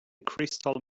crystal